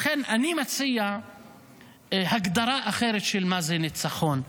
לכן אני מציע הגדרה אחרת של מה זה ניצחון.